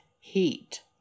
heat